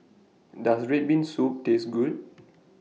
Does Red Bean Soup Taste Good